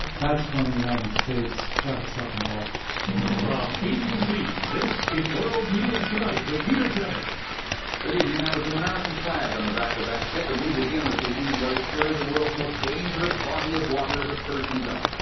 that's when the united states got itself involved from abc, this is world news tonight with peter jennings good evening. that was an american flag on the back of that ship. and we begin this evening in what is surely the world's most dangerous body of water, the persian gulf.